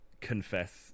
confess